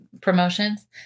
promotions